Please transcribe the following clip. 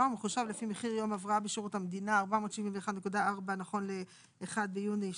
טור 1 טור 2 טור 3